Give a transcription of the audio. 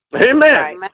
Amen